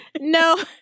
No